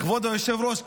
כבוד היושב-ראש,